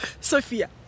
Sophia